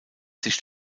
sich